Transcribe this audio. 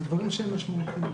אלה דברים שהם משמעותיים.